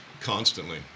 Constantly